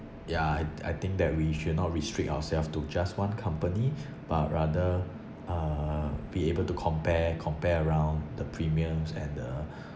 yeah I I think that we should not restrict ourselves to just one company but rather uh be able to compare compare around the premiums and the